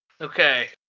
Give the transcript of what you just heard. Okay